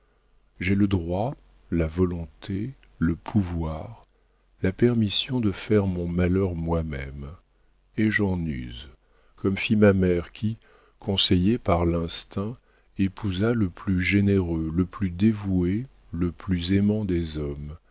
j'ai le droit la volonté le pouvoir la permission de faire mon malheur moi-même et j'en use comme fit ma mère qui conseillée par l'instinct épousa le plus généreux le plus dévoué le plus aimant des hommes